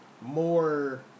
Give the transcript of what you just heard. more